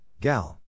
Gal